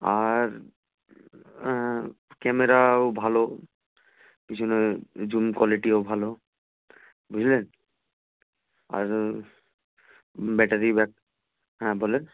আর ক্যামেরাও ভালো পিছনে জুম কোয়ালিটিও ভালো বুঝলেন আর ব্যাটারি ব্যাক হ্যাঁ বলেন